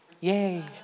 Yay